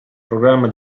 programma